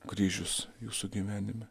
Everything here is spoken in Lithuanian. kryžius jūsų gyvenime